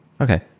okay